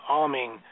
arming